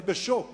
אני בשוק